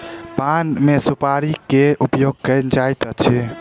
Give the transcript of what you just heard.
पान मे सुपाड़ी के उपयोग कयल जाइत अछि